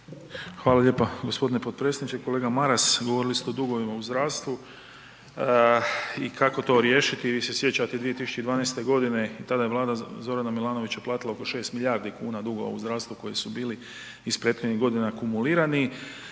Hvala lijepa gospodine potpredsjedniče. Kolega Maras, govorili ste o dugovima u zdravstvu i kako to riješiti. Vi se sjećate 2012. godine i tada je Vlada Zorana Milanovića platila oko 6 milijardi kuna dugova u zdravstvu koji su bili iz prethodnih godina akumulirani.